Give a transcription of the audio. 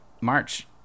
March